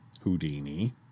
Houdini